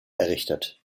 errichtet